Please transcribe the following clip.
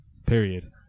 Period